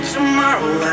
Tomorrow